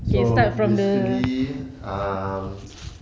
so basically um